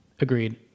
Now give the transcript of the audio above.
Agreed